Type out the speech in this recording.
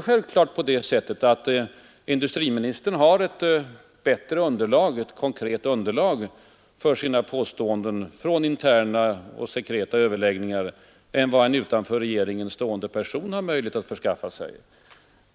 Självfallet har industriministern för sina påståenden ett bättre konkret underlag från interna och sekreta överläggningar än vad en utanför regeringen stående person har möjlighet att skaffa sig.